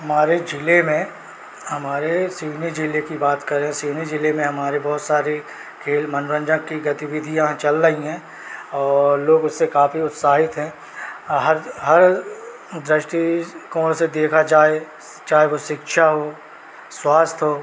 हमारे ज़िले में हमारे सिवनी ज़िले की बात कर रहे सिवनी ज़िले में हमारे बहुत सारे खेल मनोरंजन की गतिविधियाँ चल रही हैं और लोग उससे काफ़ी उत्साहित हैं और हर हर दृष्टिकोण से देखा जाए चाहे वह शिक्षा हो स्वास्थ्य हो